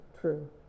true